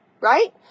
right